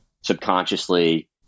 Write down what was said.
subconsciously